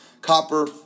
Copper